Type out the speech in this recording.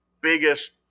biggest –